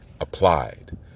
applied